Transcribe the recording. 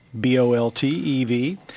B-O-L-T-E-V